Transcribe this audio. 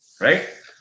right